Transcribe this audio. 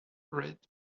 red